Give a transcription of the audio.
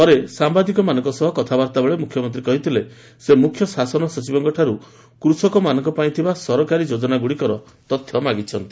ପରେ ସାମ୍ବାଦିକମାନଙ୍କ ସହ କଥାବର୍ତ୍ତାବେଳେ ମୁଖ୍ୟମନ୍ତ୍ରୀ କହିଥିଲେ ସେ ମୁଖ୍ୟ ଶାସନ ସଚିବଙ୍କଠାରୁ କୃଷକମାନଙ୍କ ପାଇଁ ଥିବା ସରକାରୀ ଯୋଜନାଗୁଡ଼ିକର ତଥ୍ୟ ମାଗିଛନ୍ତି